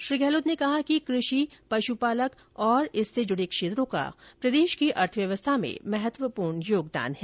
श्री गहलोत ने कहा कि कृषि पशुपालक और इससे जुड़े क्षेत्रों का प्रदेश की अर्थव्यवस्था में महत्वपूर्ण योगदान है